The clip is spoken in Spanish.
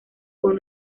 con